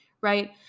right